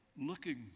looking